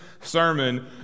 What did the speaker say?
sermon